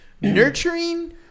nurturing